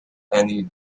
anne